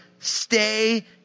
stay